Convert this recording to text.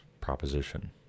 proposition